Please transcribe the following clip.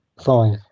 five